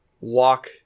walk